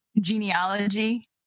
genealogy